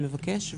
בבקשה.